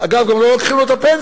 אגב, גם לא לוקחים לו את הפנסיה.